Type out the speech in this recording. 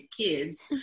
kids